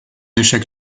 échec